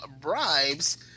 bribes